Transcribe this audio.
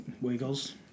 Wiggles